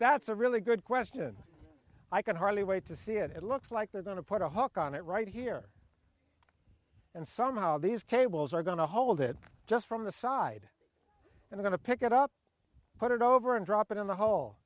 that's a really good question i can hardly wait to see it it looks like they're going to put a hook on it right here and somehow these cables are going to hold it just from the side and then to pick it up put it over and drop it in the h